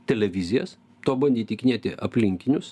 televizijas tuo bandė įtikinėti aplinkinius